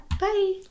Bye